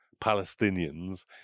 palestinians